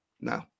No